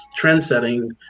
trendsetting